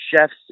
chefs